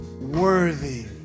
worthy